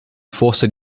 força